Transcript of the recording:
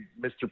Mr